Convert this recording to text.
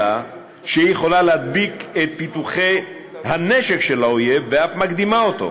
שר הביטחון דאז האשים את העולם בצביעות,